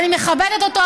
אני מכבדת אותו.